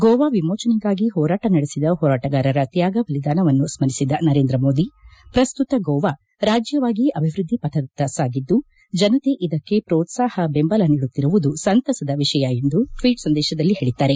ಗೋವಾ ವಿಮೋಜನೆಗಾಗಿ ಹೋರಾಟ ನಡೆಸಿದ ಹೋರಾಟಗಾರರ ತ್ಯಾಗ ಬಲಿದಾನವನ್ನು ಸ್ಕರಿಸಿದ ನರೇಂದ್ರ ಮೋದಿ ಪ್ರಸ್ತುತ ಗೋವಾ ರಾಜ್ಯವಾಗಿ ಅಭಿವೃದ್ಧಿ ಪಥದತ್ತ ಸಾಗಿದ್ದು ಜನತೆ ಇದಕ್ಕೆ ಮೋತ್ಸಾಹ ಬೆಂಬಲ ನೀಡುತ್ತಿರುವುದು ಸಂತಸದ ವಿಷಯ ಎಂದು ಟ್ವೀಟ್ ಸಂದೇಶದಲ್ಲಿ ಹೇಳಿದ್ದಾರೆ